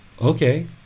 Okay